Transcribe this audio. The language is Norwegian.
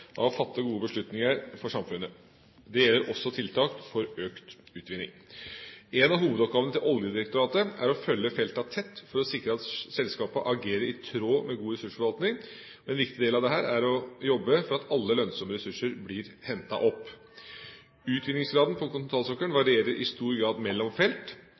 av å fatte gode beslutninger for samfunnet. Dette gjelder også tiltak for økt utvinning. En av hovedoppgavene til Oljedirektoratet er å følge feltene tett for å sikre at selskapene agerer i tråd med god ressursforvaltning. En viktig del av dette er å jobbe for at alle lønnsomme ressurser blir hentet opp. Utvinningsgraden på kontinentalsokkelen varierer i stor grad mellom felt.